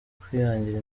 kwihangira